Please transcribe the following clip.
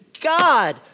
God